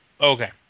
Okay